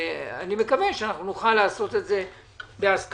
אני מקווה שנוכל לעשות את זה בהסכמה.